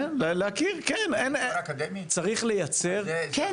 כן, צריך לייצר חריגים, אין מה לעשות.